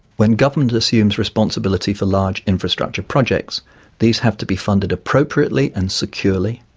when government assumes responsibility for large infrastructure projects these have to be funded appropriately and securely,